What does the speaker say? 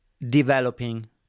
developing